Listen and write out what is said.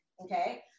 okay